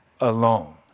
alone